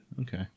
Okay